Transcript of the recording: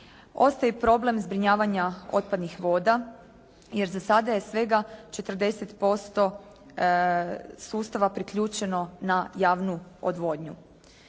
Ostaje problem zbrinjavanja otpadnih voda jer za sada je svega 40% sustava priključeno na javnu odvodnju.